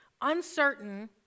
uncertain